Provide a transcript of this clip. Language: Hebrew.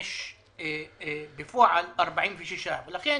בפועל יש 46. לכן,